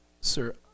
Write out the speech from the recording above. Sir